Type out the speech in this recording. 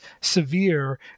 severe